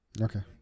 Okay